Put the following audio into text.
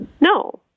No